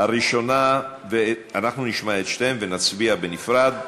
הראשונה, אנחנו נשמע את שתיהן ונצביע בנפרד.